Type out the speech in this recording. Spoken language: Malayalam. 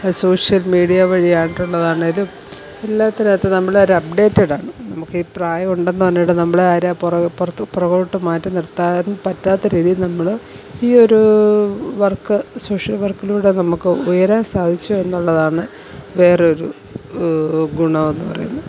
സോഷ്യൽ മീഡിയ വഴി ആയിട്ടുള്ളതാണേലും എല്ലാത്തിനകത്തും നമ്മളൊരു അപ്പ്ഡേറ്റഡാണ് നമ്മള്ക്കീ പ്രായം ഉണ്ടെന്ന് പറഞ്ഞിട്ട് നമ്മളെ ആരാ പൊറക് പുറത്ത് പുറകോട്ട് മാറ്റി നിർത്താൻ പറ്റാത്ത രീതിയില് നമ്മള് ഈ ഒരു വർക്ക് സോഷ്യൽ വർക്കിലൂടെ നമുക്ക് ഉയരുവാൻ സാധിച്ചു എന്നുള്ളതാണ് വേറൊരു ഗുണമെന്ന് പറയുന്നെ